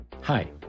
Hi